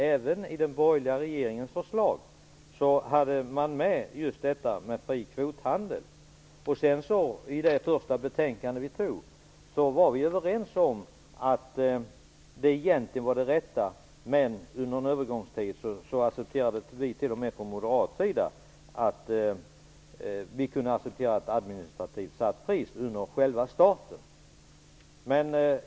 Även i den borgerliga regeringens förslag fanns ju en fri kvothandel med. I det första betänkandet som vi skrev var vi också överens om att en fri handel med kvoter egentligen var det rätta, men under en övergångstid accepterade t.o.m. vi moderater ett administrativt satt pris under själva starten.